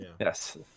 Yes